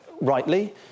rightly